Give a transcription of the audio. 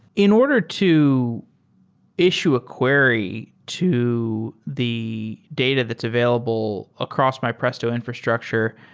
in order to issue a query to the data that's available across my presto infrastructure,